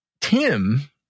Tim